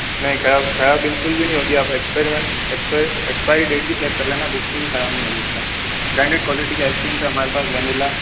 नहीं खराब खराब बिल्कुल भी नहीं होगी आप एक्सपाइरी एक्सपाइरी डेट भी चेक कर लेना बिल्कुल भी खराब नहीं होगी एकदम ब्रांडेड क्वालिटी की आइसक्रीम्स हैं हमारे पास वेनीला